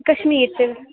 कशमीर च